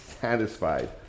satisfied